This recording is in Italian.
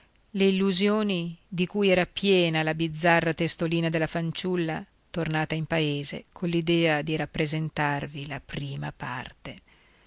le illusioni di cui era piena la bizzarra testolina della fanciulla tornata in paese coll'idea di rappresentarvi la prima parte